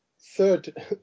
third